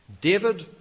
David